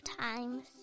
times